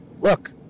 look